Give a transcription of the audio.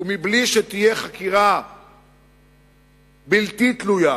ובלי שתהיה חקירה בלתי תלויה